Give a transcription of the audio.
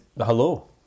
Hello